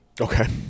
Okay